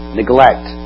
neglect